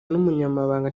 n’umunyamabanga